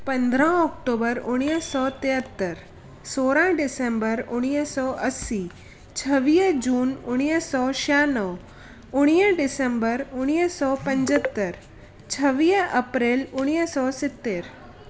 पंद्रहं ऑक्टूबर उणिवीह सौ तेहतरि सोरहं डिसेंबर उणिवीह सौ असी छवीह जून उणिवींह सौ छहाणवे उणिवींह डिसेम्बर उणिवीह सौ पंजहतरि छवीह अप्रैल उणिवीह सौ सतरि